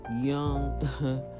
young